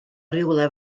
rywle